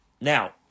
Now